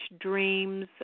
dreams